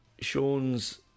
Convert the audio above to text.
Sean's